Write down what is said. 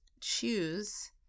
choose